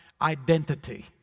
identity